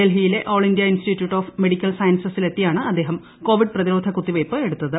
ഡൽഹിയിലെ all India institute of medical സയൻസിൽ എത്തിയാണ് അദ്ദേഹം കോവിഡ് പ്രതിരോധ കുത്തിവയ്പ് എടുത്തത്